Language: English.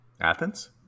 Athens